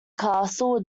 castle